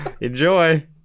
Enjoy